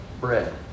bread